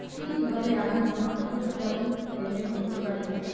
কি কিভাবে আমি আন্তর্জাতিক লেনদেন করতে পারি?